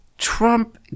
Trump